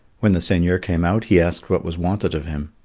when the seigneur came out, he asked what was wanted of him.